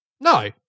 No